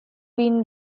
been